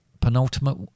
penultimate